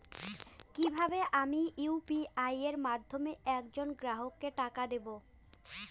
কিভাবে আমি ইউ.পি.আই এর মাধ্যমে এক জন গ্রাহককে টাকা দেবো?